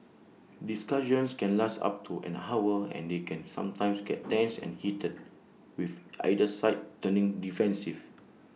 discussions can last up to an hour and they can sometimes get tense and heated with either side turning defensive